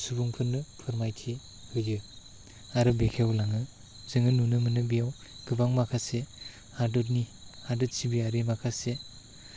सुबुंफोरनो फोरमायथि होयो आरो बेखेवलाङो जोङो नुनो मोनो बेयाव गोबां माखासे हादोरनि हादोर सिबियारि माखासे